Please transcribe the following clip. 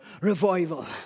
revival